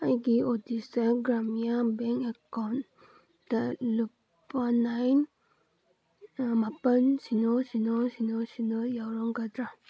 ꯑꯩꯒꯤ ꯑꯣꯗꯤꯁꯥ ꯒ꯭ꯔꯥꯝꯌꯥ ꯕꯦꯡ ꯑꯦꯀꯥꯎꯟꯗ ꯂꯨꯄꯥ ꯅꯥꯏꯟ ꯃꯥꯄꯜ ꯁꯤꯅꯣ ꯁꯤꯅꯣ ꯁꯤꯅꯣ ꯁꯤꯅꯣ ꯌꯥꯎꯔꯝꯒꯗ꯭ꯔ